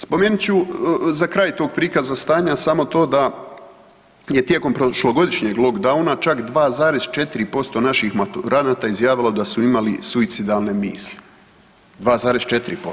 Spomenut ću za kraj tog prikaza stanja samo to da je tijekom prošlogodišnjeg lockdowna čak 2,4% naših maturanata izjavilo da su imali suicidalne misli, 2,4%